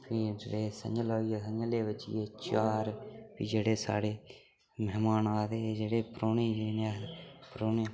फ्ही जेह्ड़े संञ'लै होइयै संञ'लै बज्जी गे चार फ्ही जेह्ड़े साढ़े मेह्मान आए दे हे जेह्ड़े परौह्ने हे जिनेंगी अस परौह्ने